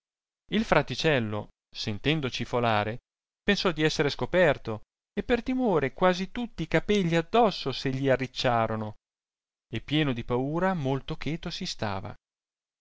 il fraticello sentendo cifolare pensò di essere scoperto e per timore quasi tutti i capegli addosso se gli arricciarono e pieno di paura molto cheto si stava